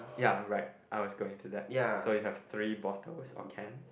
ya right I was going to that so you have three bottles or cans